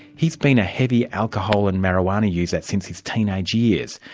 he's been a heavy alcohol and marijuana user since his teenage years,